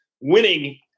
winning